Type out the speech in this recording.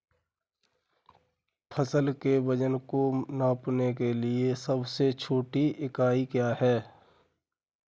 फसल के वजन को नापने के लिए सबसे छोटी इकाई क्या है?